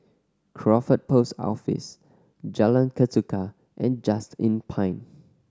Crawford Post Office Jalan Ketuka and Just Inn Pine